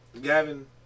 Gavin